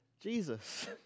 Jesus